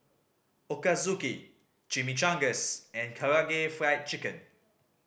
Ochazuke Chimichangas and Karaage Fried Chicken